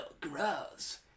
gross